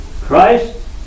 Christ